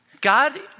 God